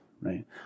right